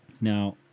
now